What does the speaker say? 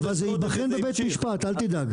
זה ייבחן בבית משפט אל תדאג.